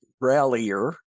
rallier